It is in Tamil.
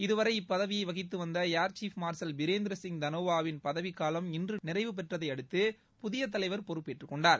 இதுவரை இப்பதவியை வகித்து வந்த air chief marshal Birendra Singh தனோவாவின் பதவிக்காலம் இன்று நிறைவு பெற்றதையடுத்து புதிய தலைவர் பொறுப்பேற்று கொண்டார்